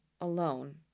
alone